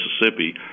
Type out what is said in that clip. Mississippi